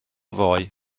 ddoe